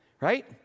Right